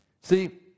See